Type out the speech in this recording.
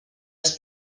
els